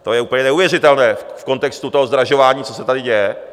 To je úplně neuvěřitelné v kontextu zdražování, co se tady děje.